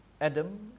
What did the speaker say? Adam